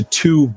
two